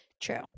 True